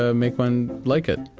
ah make one like it.